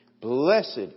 Blessed